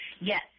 Yes